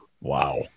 Wow